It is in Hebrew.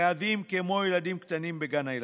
רבים כמו ילדים קטנים בגן הילדים.